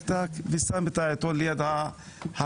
ושם את העיתון ליד הדלת.